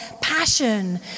passion